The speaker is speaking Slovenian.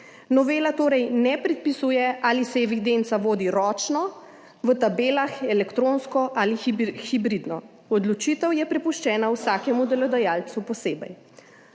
Novela torej ne predpisuje ali se evidenca vodi ročno, v tabelah, elektronsko ali hibridno? Odločitev je prepuščena vsakemu delodajalcu posebej.